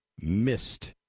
missed